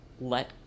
let